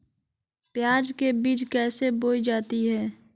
प्याज के बीज कैसे बोई जाती हैं?